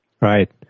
Right